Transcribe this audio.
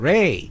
Ray